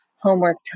homework